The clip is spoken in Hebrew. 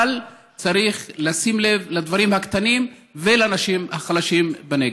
אבל צריך לשים לב לדברים הקטנים ולאנשים החלשים בנגב.